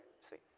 sweet